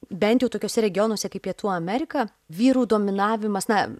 bent jau tokiuose regionuose kaip pietų amerika vyrų dominavimas na